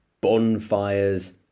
bonfires